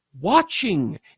watching